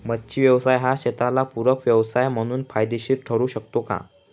मच्छी व्यवसाय हा शेताला पूरक व्यवसाय म्हणून फायदेशीर ठरु शकतो का?